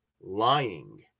lying